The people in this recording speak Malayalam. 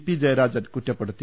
പി ജയരാജൻ കുറ്റപ്പെടുത്തി